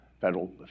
Federal